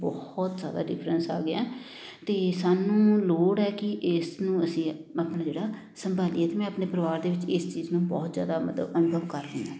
ਬਹੁਤ ਜ਼ਿਆਦਾ ਡਿਫਰੈਂਸ ਆ ਗਿਆ ਅਤੇ ਸਾਨੂੰ ਲੋੜ ਹੈ ਕਿ ਇਸ ਨੂੰ ਅਸੀਂ ਮਤਲਬ ਜਿਹੜਾ ਸੰਭਾਲੀਏ ਅਤੇ ਮੈਂ ਆਪਣੇ ਪਰਿਵਾਰ ਦੇ ਵਿੱਚ ਇਸ ਚੀਜ਼ ਨੂੰ ਬਹੁਤ ਜ਼ਿਆਦਾ ਮਤਲਬ ਅਨੁਭਵ ਕਰਦੀ ਹਾਂ